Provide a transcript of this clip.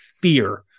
fear